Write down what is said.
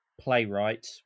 playwright